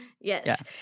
Yes